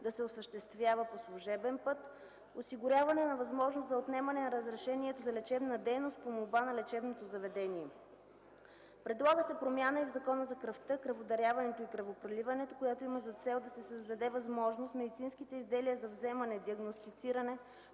да се осъществява по служебен път; - осигуряване на възможност за отнемане на разрешението за лечебна дейност по молба на лечебното заведение. Предлага се промяна и в Закона за кръвта, кръводаряването и кръвопреливането, която има за цел да се създаде възможност медицинските изделия за вземане, диагностициране,